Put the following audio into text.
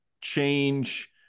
change